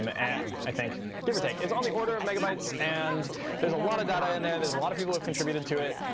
um and i think, give or take. it's on the order of megabytes. and there's a lot of data in there. there's a lot of people who have contributed to it.